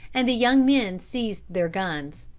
and the young men seized their guns.